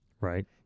right